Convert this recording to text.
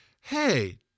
hey